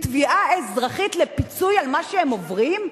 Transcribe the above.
תביעה אזרחית לפיצוי על מה שהם עוברים?